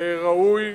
הוא ראוי.